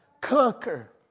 conquer